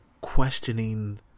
questioning